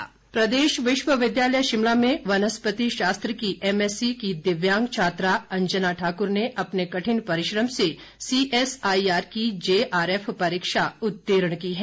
JRF प्रदेश विश्वविद्यालय शिमला में वनस्पति शास्त्र की एमएससी की दिव्यांग छात्रा अंजना ठाकुर ने अपने कठिन परिश्रम से सीएसआईआर की जेआरएफ परीक्षा उत्तीर्ण की है